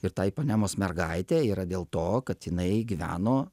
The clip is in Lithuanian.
ir ta ipanemos mergaitė yra dėl to kad jinai gyveno